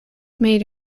made